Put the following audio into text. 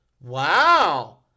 Wow